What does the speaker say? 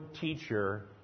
teacher